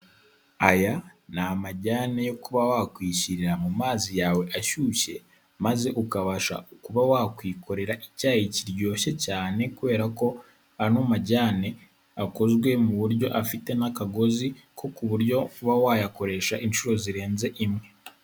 Aya ni amajyane yo kuba wakwishyirira mu mazi yawe ashyushye, maze ukabasha kuba wakwikorera icyayi kiryoshye cyane, kubera ko ano majyane akozwe mu buryo afite n'akagozi, ko ku buryo uba wayakoresha inshuro zirenze imwe.